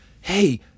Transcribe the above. Hey